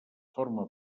forma